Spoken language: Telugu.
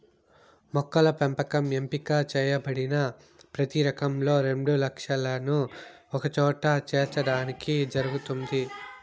మొక్కల పెంపకం ఎంపిక చేయబడిన ప్రతి రకంలో రెండు లక్షణాలను ఒకచోట చేర్చడానికి జరుగుతుంది